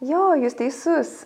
jo jūs teisus